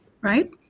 right